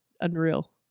unreal